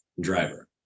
driver